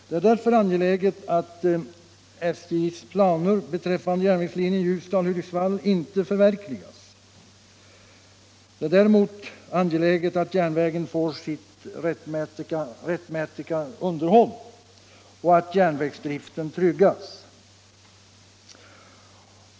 Det är därför angeläget att SJ:s planer beträffande järnvägslinjen Ljusdal-Hudiksvall inte förverkligas utan att järnvägen får sitt rättmätiga underhåll och att järnvägsdriften tryggas.